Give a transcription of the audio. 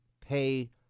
pay